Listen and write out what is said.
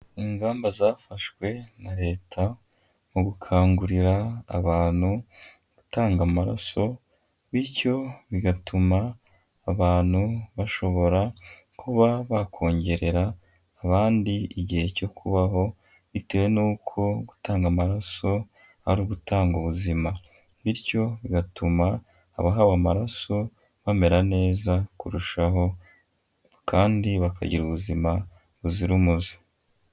Ingamba zafashwe na Leta mu gukangurira abantu gutanga amaraso bityo bigatuma abantu bashobora kuba bakongerera abandi igihe cyo kubaho bitewe n'uko gutanga amaraso ari ugutanga ubuzima, bityo bigatuma abahawe amaraso bamera neza kurushaho kandi bakagira ubuzima buzira umuze.